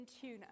tuna